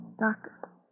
Doctor